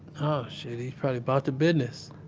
oh, shit. he's probably about the business,